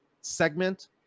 segment